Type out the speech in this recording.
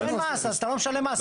אז אתה לא משלם מס.